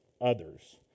others